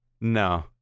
No